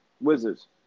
Wizards